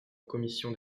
commission